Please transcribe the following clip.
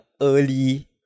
early